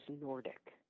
Nordic